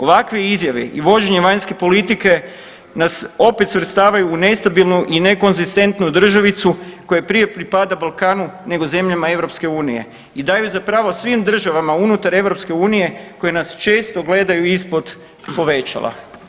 Ovakve izjave i vođenje vanjske politike nas opet svrstavaju u nestabilnu i nekonzistentnu državicu, koja prije pripada Balkanu nego zemljama EU i daju za pravo svim državama unutar EU koje nas često gledaju ispod povećala.